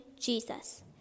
Jesus